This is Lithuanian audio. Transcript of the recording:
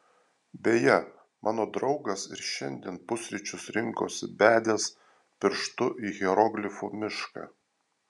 beje mano draugas ir šiandien pusryčius rinkosi bedęs pirštu į hieroglifų mišką